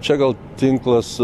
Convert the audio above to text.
čia gal tinklas